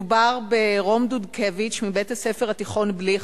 מדובר ברום דודקביץ מבית-הספר התיכון "בליך",